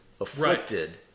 afflicted